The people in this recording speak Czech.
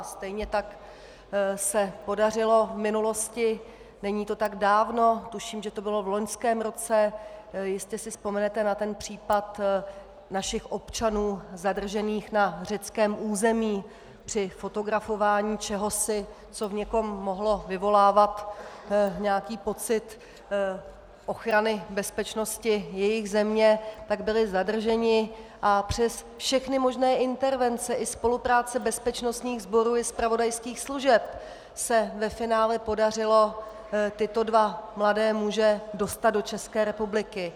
Stejně tak se podařilo v minulosti, není to tak dávno, tuším, že to bylo v loňském roce, jestli si vzpomenete na případ našich občanů zadržených na řeckém území při fotografování čehosi, co v někom mohlo vyvolávat nějaký pocit ochrany bezpečnosti jejich země, tak byli zadrženi a přes všechny možné intervence i spolupráci bezpečnostních sborů i zpravodajských služeb se ve finále podařilo tyto dva mladé muže dostat do České republiky.